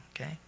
Okay